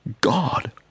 God